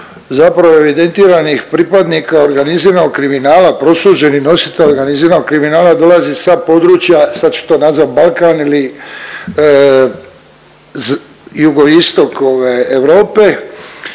zapravo evidentiranih pripadnika organiziranog kriminala, prosuđeni nositelji organiziranog kriminala dolaze sa područja sad ću to nazvati Balkan ili jugoistok ove Europe